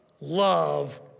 love